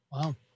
Wow